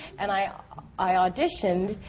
and i i auditioned,